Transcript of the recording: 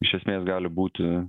iš esmės gali būti